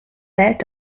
wählt